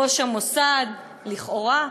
ראש המוסד לכאורה,